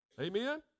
Amen